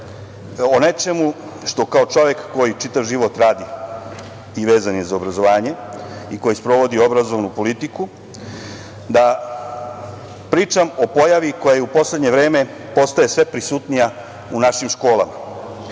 o nečemu što kao čovek koji čitav život radi i vezan je za obrazovanje i koji sprovodi obrazovnu politiku, da pričam o pojavi koja u poslednje vreme postaje sve prisutnija u našim školama,